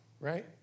right